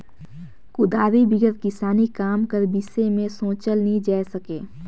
कुदारी बिगर किसानी काम कर बिसे मे सोचल नी जाए सके